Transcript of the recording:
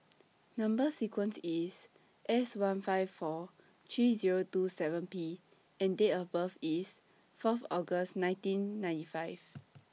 Number sequence IS S one five four three Zero two seven P and Date of birth IS Fourth August nineteen ninety five